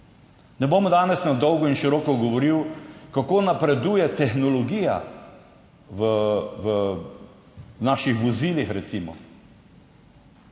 Ne bom danes na dolgo in široko govoril, kako napreduje tehnologija recimo v naših vozilih. Pred